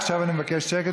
עכשיו אני מבקש שקט,